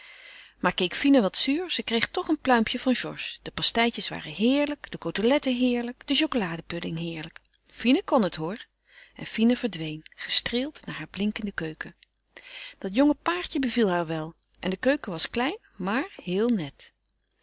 maar keek fine wat zuur ze kreeg toch een pluimpje van georges de pasteitjes waren heerlijk de coteletten heerlijk fine kon het hoor en fine verdween gestreeld naar haar keuken dat jonge paartje beviel haar wel en de keuken was klein maar heel net